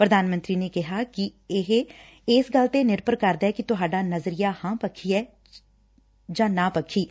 ਪ੍ਧਾਨ ਮੰਤਰੀ ਨੇ ਕਿਹਾ ਕਿ ਇਹ ਇਸ ਗੱਲ ਤੇ ਨਿਰਭਰ ਕਰਦੈ ਕਿ ਤੁਹਾਡਾ ਨਜ਼ਰੀਆ ਹਾ ਪੱਖੀ ਜਾਂ ਨਾ ਪੱਖੀ ਐ